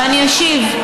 ואני אשיב: